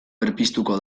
berpiztuko